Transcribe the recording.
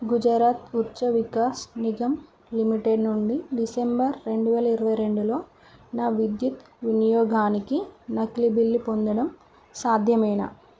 Gujarat Urja Vikas Nigam limited నుండి December రెండువేల ఇరవై రెండులో నా విద్యుత్ వినియోగానికి నకిలీ బిల్ పొందడం సాధ్యమేనా